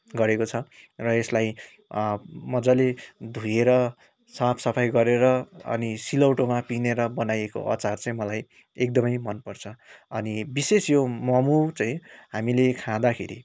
गरेको छ र यसलाई मजाले धुएर साफ सफाई गरेर अनि सिलौटोमा पिनेर बनाइएको अचार चाहिँ एक्दमै मनपर्छ अनि विशेष यो मोमो चाहिँ हामीले खादाखेरि